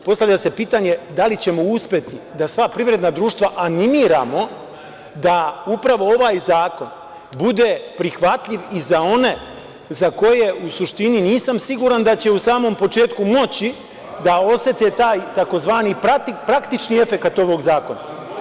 Postavlja se pitanje, da li ćemo uspeti da sva privredna društva animiramo da upravo ovaj zakon bude prihvatljiv i za one za koje u suštini nisam siguran da će u samom početku moći da osete taj tzv. praktični efekat ovog zakona.